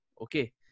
Okay